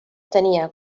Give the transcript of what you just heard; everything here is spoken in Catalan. tenia